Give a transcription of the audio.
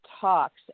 talks